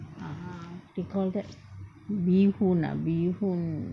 err what to call that bee hoon ah bee hoon